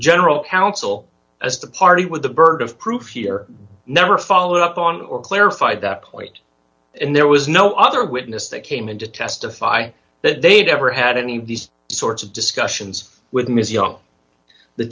general counsel as the party with the bird of proof here never followed up on or clarified that point and there was no other witness that came in to testify that they'd ever had any of these sorts of discussions with